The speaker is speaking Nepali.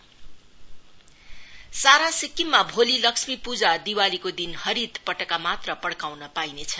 क्र्याकर्स सारा सिक्किममा भोलि लक्ष्मी पूजा दिवालीको दिन हरित पटाका मात्र पड़काउन पाइनेछ